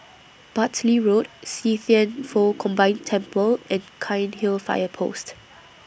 Bartley Road See Thian Foh Combined Temple and Cairnhill Fire Post